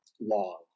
long